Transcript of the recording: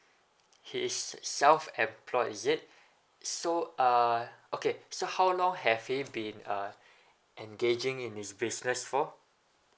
he is self employed is it so uh okay so how long have he been uh engaging in his business for